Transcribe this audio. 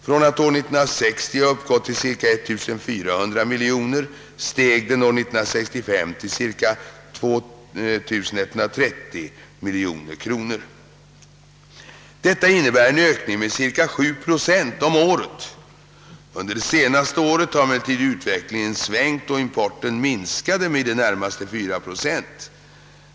Från att år 1960 ha uppgått till cirka 1400 miljoner kronor steg den år 1965 till cirka 2130 miljoner kronor. Detta innebär en ökning med cirka 7 procent om året. Under det senaste året har emellertid utvecklingen svängt, och importen minskade med i det närmaste 4 procent.